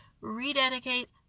rededicate